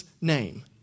name